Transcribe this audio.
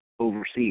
Overseas